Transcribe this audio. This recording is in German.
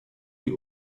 die